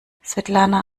svetlana